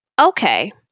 okay